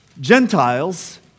Gentiles